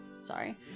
Sorry